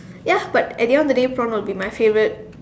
ya but at the of the day prawn will be my favourite